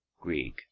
Grieg